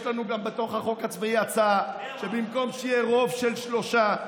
יש לנו גם בתוך החוק הצבאי הצעה שבמקום שיהיה פה אחד שלושה,